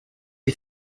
est